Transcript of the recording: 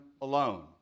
alone